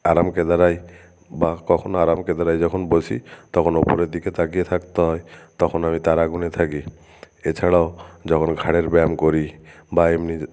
আরাম কেদারায় বা কখনও আরাম কেদারায় যখন বসি তখন ওপরের দিকে তাকিয়ে থাকতে হয় তখন আমি তারা গুনে থাকি এছাড়াও যখন ঘাড়ের ব্যায়াম করি বা এমনি